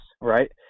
right